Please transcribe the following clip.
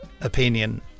opinion